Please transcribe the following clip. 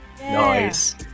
Nice